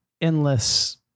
endless